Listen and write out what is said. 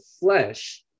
flesh